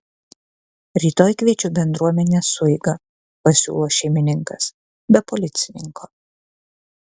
rytoj kviečiu bendruomenės sueigą pasiūlo šeimininkas be policininko